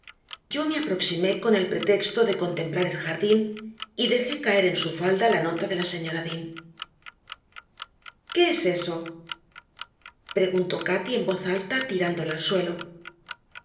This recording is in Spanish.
yo me aproximé con el pretexto de contemplar el jardín y dejé caer en su falda la nota de la señora dean qué es eso preguntó cati en voz alta tirándola al suelo